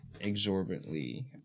exorbitantly